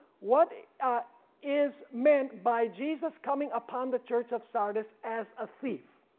what is meant by jesus coming upon the church of sardis as a thief.